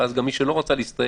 ואז גם מי שלא רצה להסתייג,